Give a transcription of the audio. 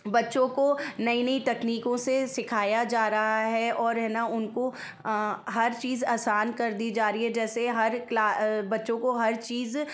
बच्चों को नई नई तकनीकों से सीखाया जा रहा है और है न उनको हर चीज़ आसान कर दी जा रही है जैसे हर एक क्ला बच्चों को हर चीज़